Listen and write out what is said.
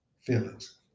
feelings